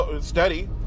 steady